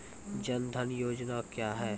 जन धन योजना क्या है?